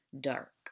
dark